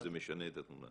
שזה משנה את התמונה.